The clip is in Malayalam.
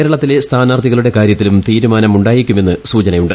കേരളത്തിലെ സ്ഥാനാർഥികളുടെ കാര്യത്തിലും തീരുമാനമുണ്ടായേക്കുമെന്ന് സൂചന ഉണ്ട്